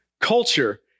Culture